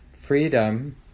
freedom